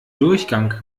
durchgang